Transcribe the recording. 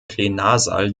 plenarsaal